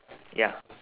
ya